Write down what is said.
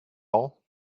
all